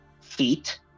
feet